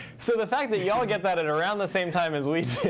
so the fact that y'all and get that at around the same time as we